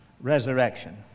resurrection